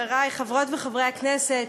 חברי חברות וחברי הכנסת,